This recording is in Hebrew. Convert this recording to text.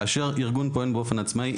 כאשר ארגון עובד באופן עצמאי,